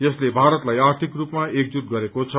यसले भारतलाई आर्थिक रूपमा एकजूट गरेको छ